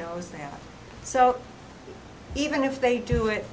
knows them so even if they do it